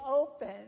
open